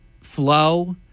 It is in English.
flow